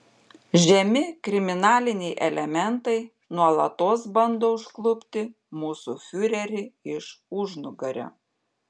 žemi kriminaliniai elementai nuolatos bando užklupti mūsų fiurerį iš užnugario